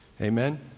Amen